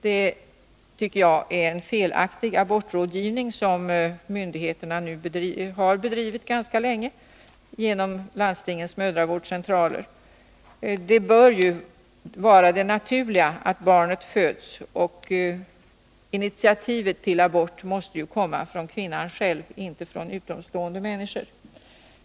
Det tycker jag är en felaktig abortrådgivning, som myndigheterna har bedrivit ganska länge genom landstingens mödravårdscentraler. Det 109 naturliga bör ju vara att barnet föds, och initiativet till abort måste komma från kvinnan själv, inte från utomstående.